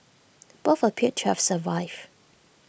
both appeared to have survived